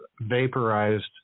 vaporized